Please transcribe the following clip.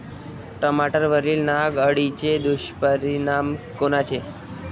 टमाट्यावरील नाग अळीचे दुष्परिणाम कोनचे?